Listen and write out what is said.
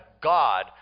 God